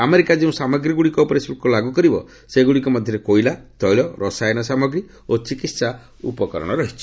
America ଯେଉଁ ସାମଗ୍ରୀଗୁଡ଼ିକ ଉପରେ ଶୁଳ୍କ ଲାଗୁ କରିବ ସେଗୁଡ଼ିକ ମଧ୍ୟରେ କୋଇଲା ତେଳ ରସାୟନ ସାମଗ୍ରୀ ଓ ଚିକିତ୍ସା ଉପକରଣ ରହିଛି